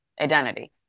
identity